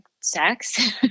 sex